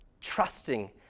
trusting